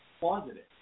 positive